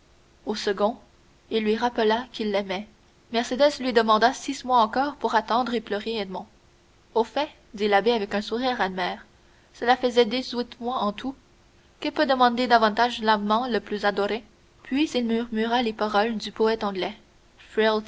au second il lui rappela qu'il l'aimait mercédès lui demanda six mois encore pour attendre et pleurer edmond au fait dit l'abbé avec un sourire amer cela faisait dix-huit mois en tout que peut demander davantage l'amant le plus adoré puis il murmura les paroles du poète anglais